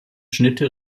schnitte